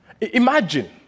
Imagine